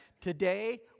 today